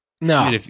No